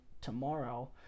tomorrow